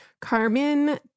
Carmen